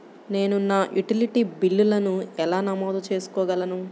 నేను నా యుటిలిటీ బిల్లులను ఎలా నమోదు చేసుకోగలను?